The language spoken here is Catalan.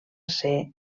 ser